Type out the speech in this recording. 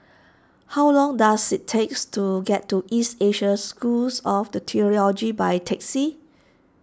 how long does it takes to get to East Asia School of theology by taxi